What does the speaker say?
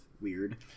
Weird